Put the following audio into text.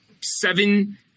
seven